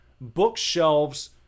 Bookshelves